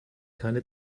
keine